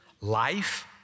life